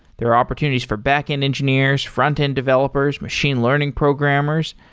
there are opportunities for back-end engineers, front-end developers, machine learning programmers,